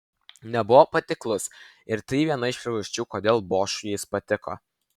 nebuvo patiklus ir tai viena iš priežasčių kodėl bošui jis patiko